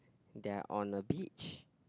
they are on the beach